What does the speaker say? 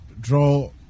draw